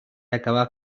acabà